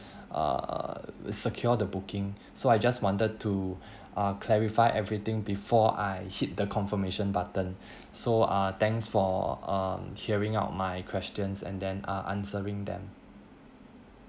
err secure the booking so I just wanted to uh clarify everything before I hit the confirmation button so uh thanks for um hearing out my questions and then uh answering them